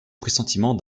pressentiment